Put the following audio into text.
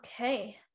Okay